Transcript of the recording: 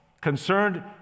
Concerned